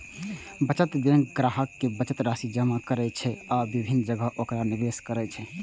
बचत बैंक ग्राहक के बचत राशि जमा करै छै आ विभिन्न जगह ओकरा निवेश करै छै